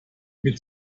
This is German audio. mit